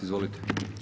Izvolite.